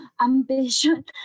ambition